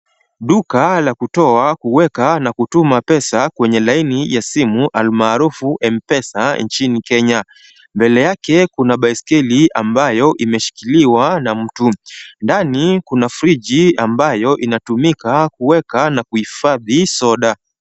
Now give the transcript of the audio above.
Duka la kutoa, kuweka na kutuma pesa kwenye laini ya simu almaarufu Mpesa nchini Kenya. Mbele yake kuna baiskeli ambayo imeshikiliwa na mtu, ndani kuna fridge ambayo inatumika kueka na kuhifadhi soda.